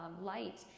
light